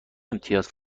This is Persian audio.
امتیاز